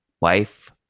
wife